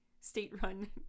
state-run